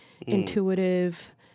intuitive